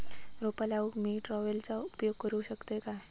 रोपा लाऊक मी ट्रावेलचो उपयोग करू शकतय काय?